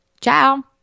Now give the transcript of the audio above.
Ciao